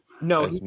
No